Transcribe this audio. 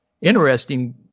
Interesting